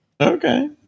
okay